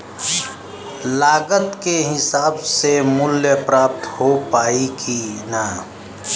लागत के हिसाब से मूल्य प्राप्त हो पायी की ना?